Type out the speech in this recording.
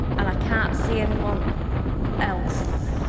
and i can't see anyone else